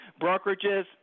brokerages